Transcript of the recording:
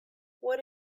what